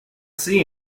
see